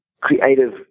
creative